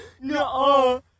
No